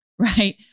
right